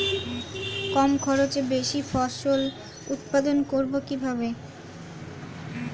কম খরচে বেশি ফসল উৎপন্ন করব কিভাবে?